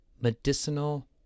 medicinal